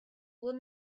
will